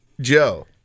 Joe